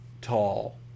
tall